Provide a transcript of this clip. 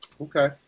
Okay